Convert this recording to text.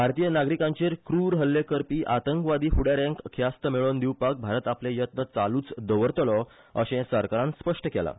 भारतीय नागरीकांचेर क्रुर हल्ले करपी आतंकवादी फुडाऱ्यांक ख्यास्त मेळोवन दिवपाक भारत आपले यत्न चालुच दवरतलो अशें सरकार स्पश्ट केलां